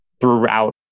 throughout